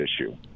issue